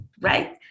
right